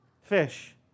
fish